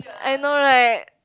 I know right